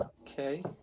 okay